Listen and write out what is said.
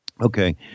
Okay